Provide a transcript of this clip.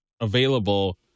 available